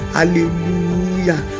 Hallelujah